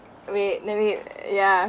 wait let me ya